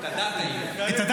את הדת היהודית.